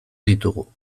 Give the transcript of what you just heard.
ditugu